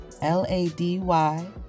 L-A-D-Y